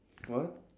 what